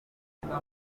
kubaka